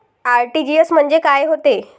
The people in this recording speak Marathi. आर.टी.जी.एस म्हंजे काय होते?